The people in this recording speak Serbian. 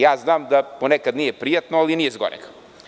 Ja znam da ponekad nije prijatno, ali nije zgoreg.